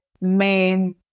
main